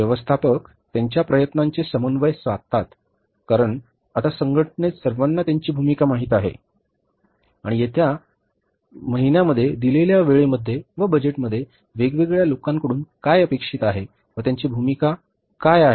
व्यवस्थापक त्यांच्या प्रयत्नांचे समन्वय साधतात कारण आता संघटनेत सर्वांना त्यांची भूमिका माहित आहे आणि येत्या येणाऱ्या महिन्यांमध्ये दिलेल्या वेळेमध्ये व बजेटमध्ये वेगवेगळ्या लोकांकडून काय अपेक्षित आहे व त्यांची भूमिका कळवित आहे